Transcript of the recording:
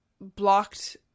blocked